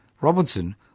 Robinson